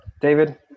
David